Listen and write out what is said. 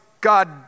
God